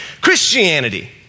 Christianity